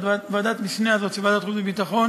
שוועדת המשנה הזאת של ועדת החוץ והביטחון,